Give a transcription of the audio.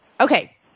Okay